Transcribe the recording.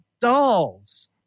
dolls